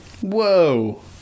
Whoa